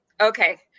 Okay